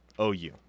OU